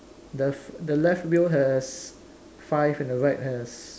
the the left wheel has five and the right has